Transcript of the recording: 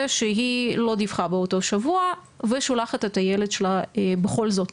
שהיא לא דיווחה באותו שבוע ושולחת את הילד שלה בכל זאת